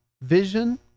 vision